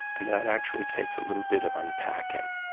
and that actually takes a little bit of unpacking.